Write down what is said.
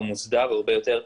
הוא מוסדר הרבה יותר,